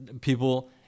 People